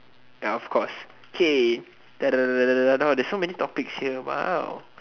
ya of course okay there's so many topics here !wow!